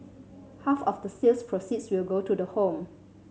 half of the sales proceeds will go to the home